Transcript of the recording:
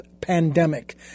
pandemic